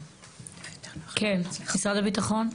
כן, משרד הביטחון?